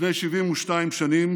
לפני 72 שנים